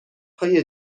های